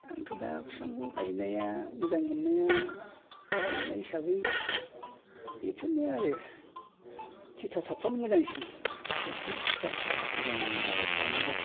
आंथ' दा बिफांखौ गायनाया मोजां मोननाया मोननाय हिसाबै बेफोरनो आरो थिथासाब दंफांफ्रा मोजां आबोर खालामोब्ला